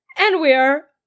and we're.